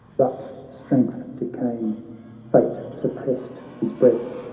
but strength decayiag, fate supprest his breath,